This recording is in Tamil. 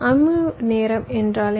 அமைவு நேரம் என்றால் என்ன